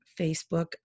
Facebook